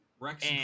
Rex